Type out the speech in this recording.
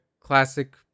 classic